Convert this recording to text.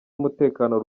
umutekano